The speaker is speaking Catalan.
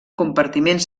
compartiments